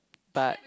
but